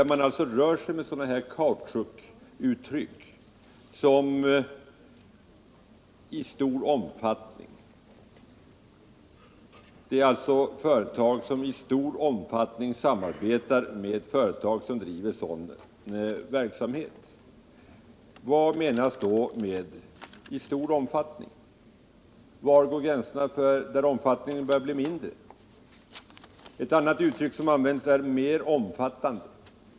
Man rör sig med kautschukuttryck som t.ex. företag som ”i stor omfattning samarbetar med företag som driver sådan importverksamhet”. Vad menas då med ”i stor omfattning”? Var går gränsen, om omfattningen börjar bli mindre? Ett annat uttryck som används är ”mer omfattande”.